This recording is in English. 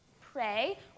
pray